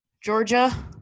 Georgia